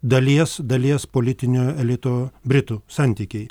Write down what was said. dalies dalies politinio elito britų santykiai